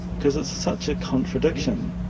because it's such a contradiction.